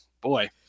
boy